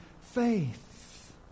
faith